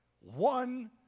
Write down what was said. One